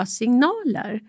signaler